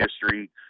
history